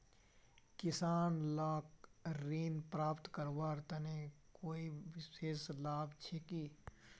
किसान लाक ऋण प्राप्त करवार तने कोई विशेष लाभ छे कि?